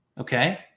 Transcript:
okay